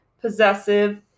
possessive